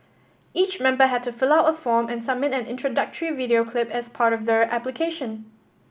each member had to fill out a form and submit an introductory video clip as part of their application